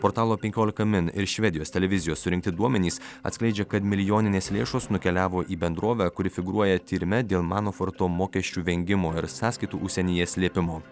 portalo penkiolika min ir švedijos televizijos surinkti duomenys atskleidžia kad milijoninės lėšos nukeliavo į bendrovę kuri figūruoja tyrime dėl manaforto mokesčių vengimo ir sąskaitų užsienyje slėpimo